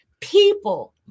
people